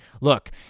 look